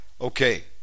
Okay